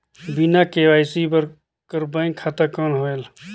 बिना के.वाई.सी कर बैंक खाता कौन होएल?